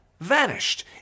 vanished